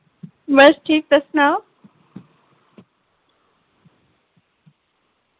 बसठीक तुस सनाओ